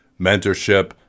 mentorship